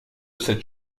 cette